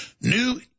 New